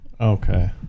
Okay